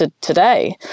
today